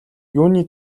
юуны